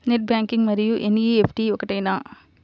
Net banking మరియు NEFT ఒకటేనా?